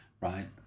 right